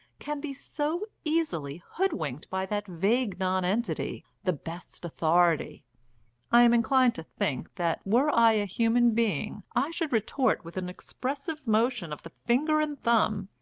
can be so easily hoodwinked by that vague nonentity, the best authority i am inclined to think that were i a human being i should retort with an expressive motion of the finger and thumb,